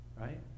Right